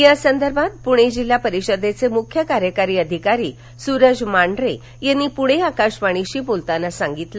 या संदर्भात पूणे जिल्हा परिषदेचे मुख्य कार्यकारी अधिकारी सुरज मांढरे यांनी पूणे आकाशवाणीशी बोलताना सांगितलं